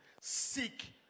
Seek